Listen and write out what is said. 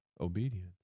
Obedience